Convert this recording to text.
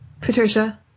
Patricia